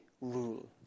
rule